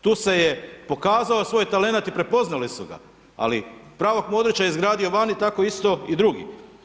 Tu se je pokazao svoj talent i prepoznali su ga, ali pravog Modrića izgradio vani, tako isto i drugi.